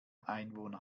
einwohner